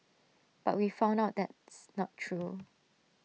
but we found out that's not true